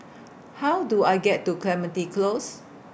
How Do I get to Clementi Close